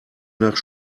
nach